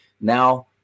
now